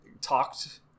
talked